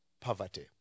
poverty